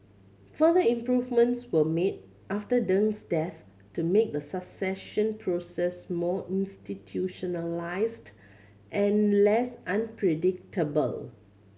further improvements were made after Deng's death to make the succession process more institutionalised and less unpredictable